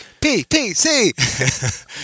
P-P-C